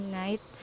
night